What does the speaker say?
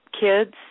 kids